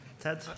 Ted